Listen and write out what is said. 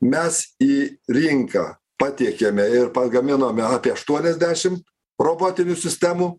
mes į rinką patiekėme ir pagaminome apie aštuoniasdešim robotinių sistemų